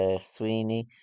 Sweeney